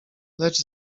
lecz